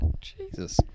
Jesus